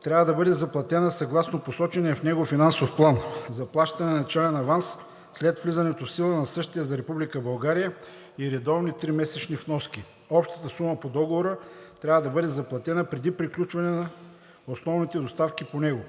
трябва да бъде заплатена съгласно посочения в него финансов план: заплащане на начален аванс след влизането в сила на същия за Република България и редовни тримесечни вноски. Общата сума по Договора трябва да бъде заплатена преди приключване на основните доставки по него.